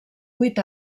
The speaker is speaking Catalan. vuit